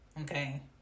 Okay